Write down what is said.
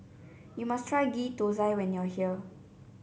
you must try Ghee Thosai when you are here